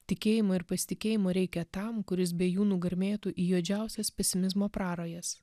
tikėjimo ir pasitikėjimo reikia tam kuris be jų nugarmėtų į juodžiausias pesimizmo prarajas